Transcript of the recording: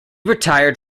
retired